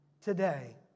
today